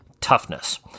toughness